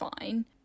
fine